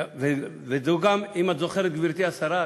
גברתי השרה,